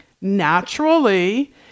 naturally